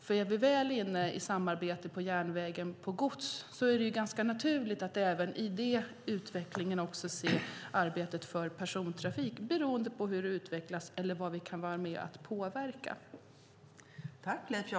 Är vi väl inne i samarbete om godstrafik på järnväg är det ganska naturligt att se arbetet med persontrafiken som en utveckling av det. Det beror på hur det utvecklas och vad vi kan vara med och påverka.